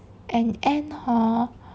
and ann hor